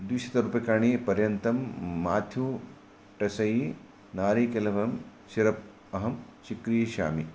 द्विशत रूप्यकाणिपर्यन्तं माथ्यू टेस्सेयै नारीकेलफलम् सिरप् अहं चिक्रीषामि